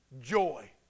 joy